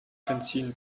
benzin